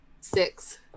Six